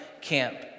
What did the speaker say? camp